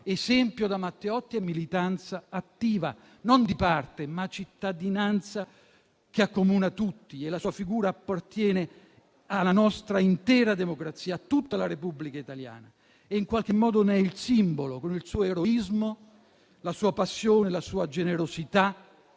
esempio da lui è militanza attiva, non di parte, ma cittadinanza che accomuna tutti: la sua figura appartiene alla nostra intera democrazia, a tutta la Repubblica italiana e in qualche modo ne è il simbolo, con il suo eroismo, la sua passione e la sua generosità.